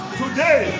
today